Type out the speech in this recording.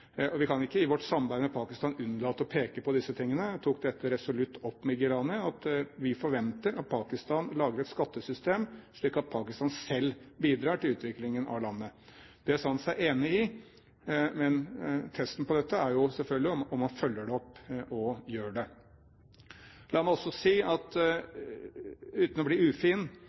Vi kan ikke i vårt samarbeid med Pakistan unnlate å peke på disse tingene. Jeg tok resolutt opp med Gilani at vi forventer at Pakistan lager et skattesystem, slik at Pakistan selv bidrar til utviklingen av landet. Det sa han seg enig i, men testen på dette er jo selvfølgelig om han følger det opp og gjør det. La meg også si – uten å bli ufin